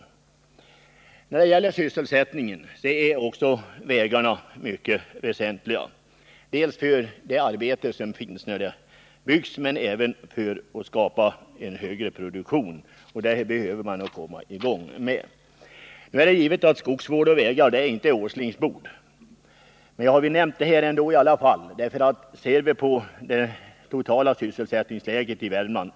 12 november 1979 För sysselsättningen är också vägarna mycket väsentliga, dels för själva arbetet när de byggs, dels också för att skapa högre produktion, och det Om sysselsättbehöver vi komma i gång med. ningen i Värmlands Det är givet att skogsvård och vägar inte tillhör Nils Åslings bord. Men jag län har nämnt detta ändå därför att det betyder så väldigt mycket om man ser på det totala sysselsättningsläget i Värmland.